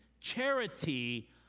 charity